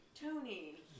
Tony